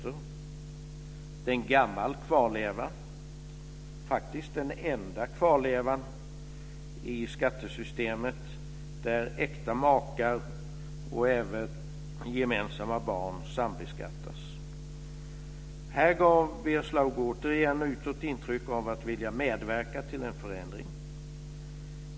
Det är en gammal kvarleva. Det är faktiskt den enda kvarlevan i skattesystemet där äkta makar och även gemensamma barn sambeskattas. Här gav Birger Schlaug återigen utåt intryck av att vilja medverka till en förändring.